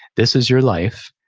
this is your life.